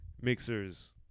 mixers